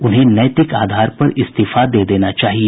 उन्हें नौतिक आधार पर इस्तीफा दे देना चाहिए